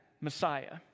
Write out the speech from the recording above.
Messiah